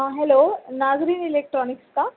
हा hello Nazreen electronics का